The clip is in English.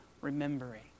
remembering